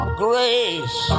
grace